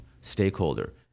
stakeholder